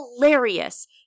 hilarious